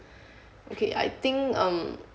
okay I think um